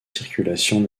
circulations